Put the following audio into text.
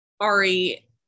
Ari